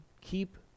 keep